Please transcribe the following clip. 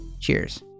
Cheers